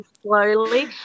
slowly